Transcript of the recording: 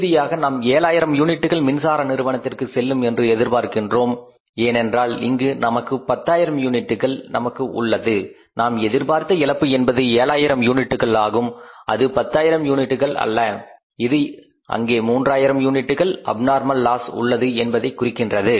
இறுதியாக நாம் 7000 யூனிட்டுகள் மின்சார நிறுவனத்திற்கு செல்லும் என்று எதிர்பார்க்கின்றோம் ஏனென்றால் இங்கு நமக்கு பத்தாயிரம் யூனிட்டுகள் நமக்கு உள்ளது நாம் எதிர்பார்த்த இழப்பு என்பது 7000 யூனிட்டுகள் ஆகும் அது பத்தாயிரம் யூனிட்டுகள் அல்ல இது அங்கே மூன்றாயிரம் யூனிட்டுகள் அப்நார்மல் லாஸ் உள்ளது என்பதைக் குறிக்கின்றது